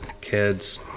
kids